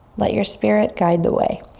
let your spirit guide the way.